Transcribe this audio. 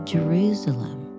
Jerusalem